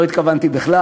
לא התכוונתי בכלל.